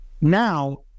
Now